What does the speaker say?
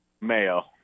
mayo